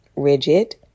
rigid